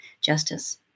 justice